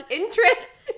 interest